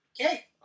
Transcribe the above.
Okay